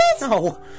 No